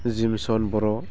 jimson Bodo